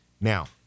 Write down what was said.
Now